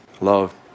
love